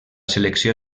selecció